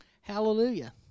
Hallelujah